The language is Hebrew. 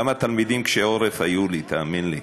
כמה תלמידים קשי עורף היו לי, תאמין לי,